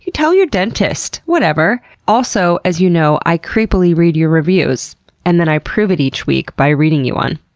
tell your dentists, whatever. also, as you know, i creepily read your reviews and then i prove it each week by reading you one.